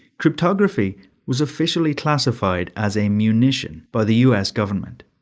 cryptography was officially classified as a munition by the us government,